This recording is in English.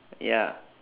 ya